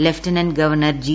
lieutenant governor G